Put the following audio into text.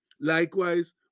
Likewise